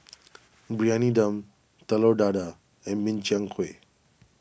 Briyani Dum Telur Dadah and Min Chiang Kueh